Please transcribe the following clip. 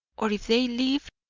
or, if they live,